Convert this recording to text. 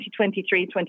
2023